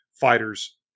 fighters